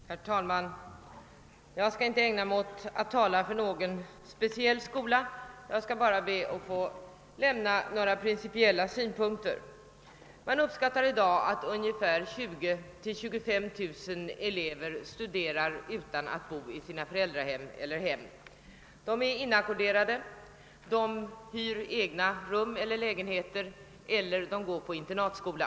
Herr talman! Jag skall inte ägna mig åt att tala för någon speciell skola utan vill bara lämna några principiella synpunkter. Man beräknar att 20 000—25 000 elever i dag studerar utan att bo i sina föräldrahem. De är inackorderade, de hyr egna rum eller lägenheter eller också går de i internatskola.